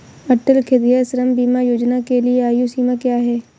अटल खेतिहर श्रम बीमा योजना के लिए आयु सीमा क्या है?